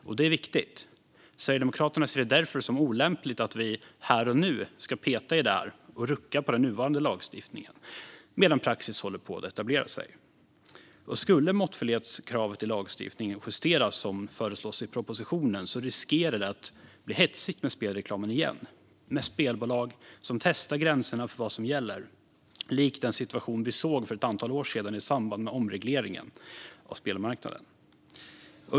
Och det är viktigt. Sverigedemokraterna ser det därför som olämpligt att vi här och nu ska peta i detta och rucka på den nuvarande lagstiftningen medan praxis håller på att etablera sig. Skulle måttfullhetskravet i lagstiftningen justeras, som föreslås i propositionen, riskerar spelreklamen att bli hetsig igen med spelbolag som testar gränserna för vad som gäller, likt den situation som vi såg för ett antal år sedan i samband med omregleringen av spelmarknaden.